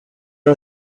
are